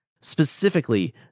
specifically